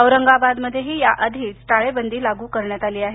औरंगाबादमध्येही याआधीच टाळेबंदी लागू करण्यात आली आहे